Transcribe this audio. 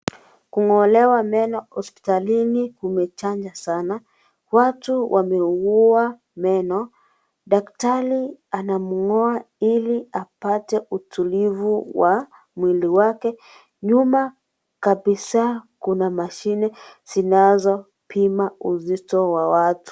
Kung'olewa meno hospitalini kumechaja sana. Watu wameugua meno. Daktari anamng'oa ili apate utulivu wa mwili wake. Nyuma kabisa kuna mashine zinazopima uzito wa watu.